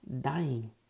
Dying